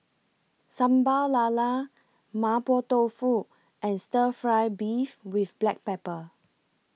Sambal Lala Mapo Tofu and Stir Fry Beef with Black Pepper